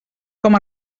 com